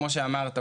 כמו שאמרת,